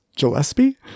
Gillespie